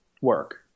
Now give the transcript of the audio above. work